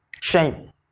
Shame